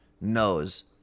knows